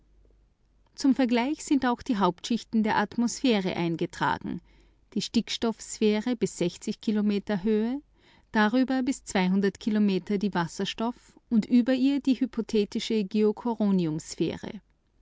zum vergleich sind auch die hauptschichten der atmosphäre eingetragen die stickstoffsphäre bis kilometer höhe darüber bis kilometer die wasserstoff und über ihr die hypothetische